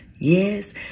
Yes